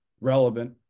relevant